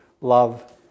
love